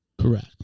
Correct